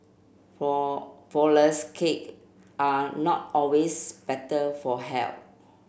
fall cakes are not always better for health